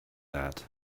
that